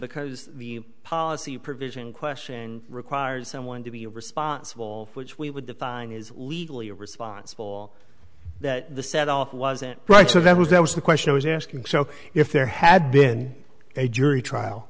because the policy provision question requires someone to be responsible which we would define is legally responsible that the set off wasn't right so that was that was the question i was asking so if there had been a jury trial